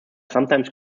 sometimes